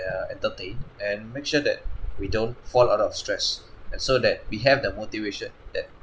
they're entertained and make sure that we don't fall out of stress and so that we have the motivation that